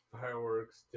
Fireworks